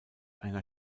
einer